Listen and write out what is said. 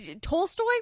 Tolstoy